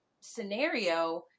scenario